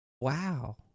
wow